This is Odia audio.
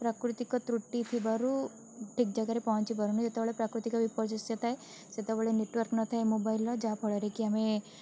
ପ୍ରାକୃତିକ ତ୍ରୁଟି ଥିବାରୁ ଠିକ୍ ଜାଗାରେ ପହଞ୍ଚିପାରୁନି ଯେତେବେଳେ ପ୍ରାକୃତିକ ବିପର୍ଯ୍ୟସ ଥାଏ ସେତେବେଳେ ନେଟୱାର୍କ୍ ନଥାଏ ମୋବାଇଲ୍ ର ଯାହାଫଳରେ କି ଆମେ